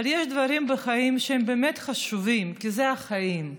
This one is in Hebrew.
אבל יש דברים בחיים שהם באמת חשובים, כי הם החיים,